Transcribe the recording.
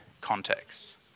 contexts